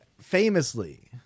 famously